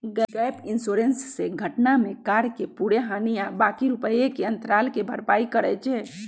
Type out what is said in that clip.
gap insurance से घटना में कार के पूरे हानि आ बाँकी रुपैया के अंतराल के भरपाई करइ छै